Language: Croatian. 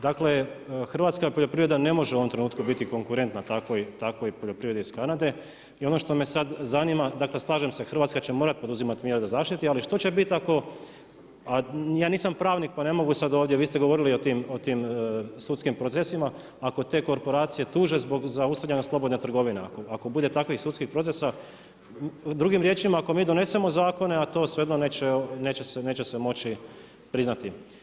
Dakle hrvatska poljoprivreda ne može u ovom trenutku biti konkurentna takvoj poljoprivredi iz Kanade i ono što me sada zanima, dakle slažem se Hrvatska će morati poduzimati mjere da zaštiti, ali što će bit ako, a ja nisam pravnik pa ne sada ovdje, vi ste govorili o tim sudskim procesima ako te korporacije tuže zbog zaustavljanja slobodne trgovine, ako bude takvih sudskih procesa drugim riječima ako mi donesemo zakone, a to svejedno neće se moći priznati.